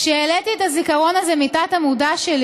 "וכשהעליתי את הזיכרון הזה מתת-המודע שלי